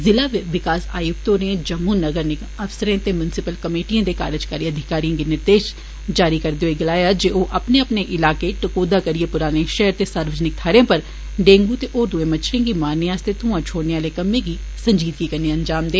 जिला विकास आयुक्त होरें जम्मू नगर निगम अफसरें ते म्यूनिंसिपल कमेंटियें दे कार्जकारी अधिकारियें गी निर्देश जारी करदे होई गलाया जे ओ अपने अपने ईलाके टकोहदा करियै पुराने शैहर ते सार्वजनिक थ्हारें पर ढेंगू ते होर दुए मच्छरें गी मारने आस्तै घुआं छोड़ने आह्ले कम्मै गी संजीदगी कन्नै अंजाम देन